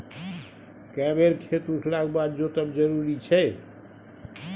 के बेर खेत उठला के बाद जोतब जरूरी छै?